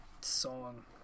song